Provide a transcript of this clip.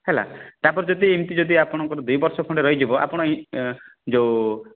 ହେଲା ତା'ପରେ ଯଦି ଏମିତି ଯଦି ଆପଣଙ୍କର ଦୁଇ ବର୍ଷ ଖଣ୍ଡେ ରହିଯିବ ଆପଣ ଯେଉଁ